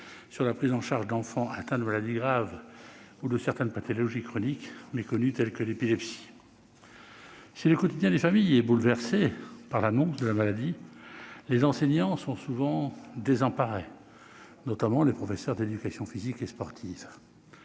sur la prise en charge d'enfants atteints de maladies graves ou de certaines pathologies chroniques méconnues, telles que l'épilepsie. Si le quotidien des familles est bouleversé par l'annonce de la maladie, les enseignants sont souvent désemparés, notamment les professeurs d'éducation physique et sportive.